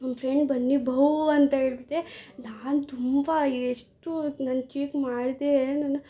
ನನ್ನ ಫ್ರೆಂಡ್ ಬಂದು ಭೌ ಅಂತ ಹೇಳ್ಬಿಟ್ಟೆ ನಾನು ತುಂಬ ಎಷ್ಟು ನಾನು ಚೀಕ್ ಮಾಡಿದೆ ನಾನು